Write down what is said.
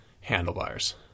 handlebars